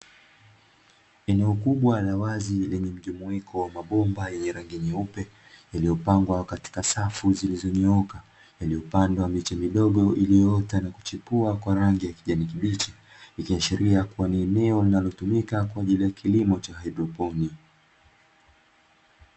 Eneo kubwa la wazi lenye mjumuiko wa mabomba yenye rangi nyeupe yaliyopangwa katika safu, zilizonyooka yaliyopandwa miche midogo iliyoota na kuchepua kwa rangi ya kijani kibichi ikiashiria kuwa ni eneo linalotumika kwaajili ya kilimo cha haidroponi.